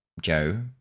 Joe